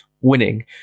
winning